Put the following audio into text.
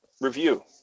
review